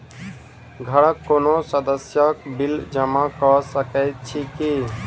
घरक कोनो सदस्यक बिल जमा कऽ सकैत छी की?